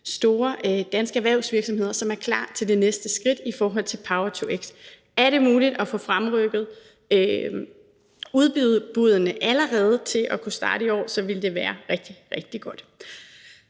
store danske erhvervsvirksomheder, som er klar til det næste skridt i forhold til power-to-x. Er det muligt at få fremrykket udbuddene til allerede at kunne starte i år, ville det være rigtig, rigtig godt.